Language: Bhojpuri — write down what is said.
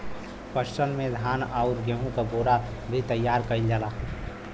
पटसन से धान आउर गेहू क बोरा भी तइयार कइल जाला